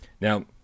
Now